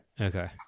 okay